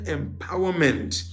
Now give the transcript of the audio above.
empowerment